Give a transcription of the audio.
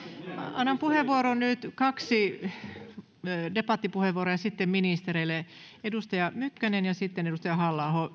annan nyt kaksi debattipuheenvuoroa ja sitten ministereille edustaja mykkänen ja sitten edustaja halla aho